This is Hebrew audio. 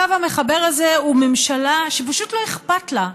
הקו המחבר הזה הוא ממשלה שפשוט לא אכפת לה,